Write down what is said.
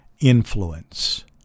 influence